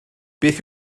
beth